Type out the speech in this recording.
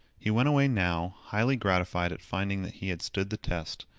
he went away now highly gratified at finding that he had stood the test,